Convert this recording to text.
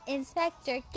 Inspector